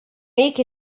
make